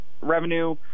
revenue